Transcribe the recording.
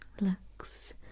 looks